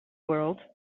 world